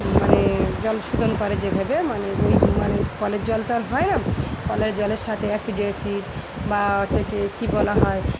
মানে জল শোধন করে যেভাবে মানে ওই মানে কলের জল তো আর হয় না কলের জলের সাথে অ্যাসিড অ্যাসিড বা হচ্ছে ক কী বলা হয়